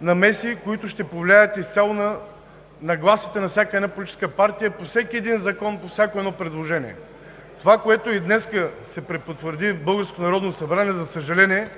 намеси, които ще повлияят изцяло на нагласите на всяка политическа партия по всеки един закон, по всяко едно предложение. Това, което и днес се препотвърди в българското Народно събрание, за съжаление,